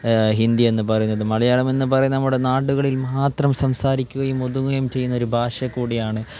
ഹിന്ദി എന്ന് പറയുന്നത് മലയാളം എന്ന് പറയുന്നത് നമ്മുടെ നാടുകളിൽ മാത്രം സംസാരിക്കുകയും ഒതുങ്ങുകയും ചെയ്യുന്ന ഒരു ഭാഷ കൂടെയാണ്